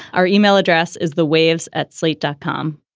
our yeah e-mail address is the waves at slate dot com.